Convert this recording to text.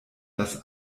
das